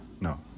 No